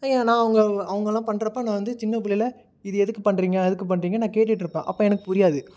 நான் அவங்கள் அவங்கலாம் பண்ணுறப்ப நான் வந்து சின்ன பிள்ளையில் இது எதுக்கு பண்ணுறிங்க எதுக்கு பண்ணுறிங்கன்னு நான் கேட்டுகிட்ருப்பேன் அப்போ எனக்கு புரியாது